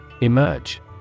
Emerge